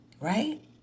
right